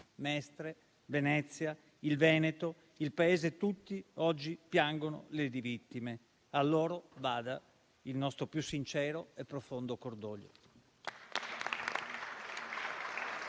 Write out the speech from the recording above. Mestre, Venezia, il Veneto e il Paese tutto oggi piangono le vittime. Ai loro familiari vada il nostro più sincero e profondo cordoglio.